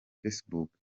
facebook